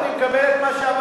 אני מקבל את מה שאמר,